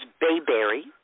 bayberry